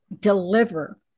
deliver